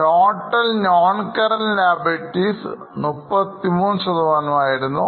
total non current liabilities 33 ശതമാനം ആയിരുന്നു